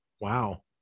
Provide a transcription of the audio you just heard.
Wow